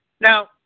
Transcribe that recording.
Now